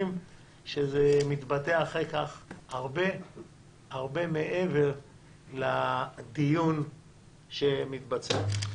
שזה מתבטא אחר כך הרבה-הרבה מעבר לדיון שמתבצע כאן.